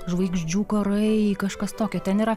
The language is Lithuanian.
žvaigždžių karai kažkas tokio ten yra